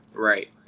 Right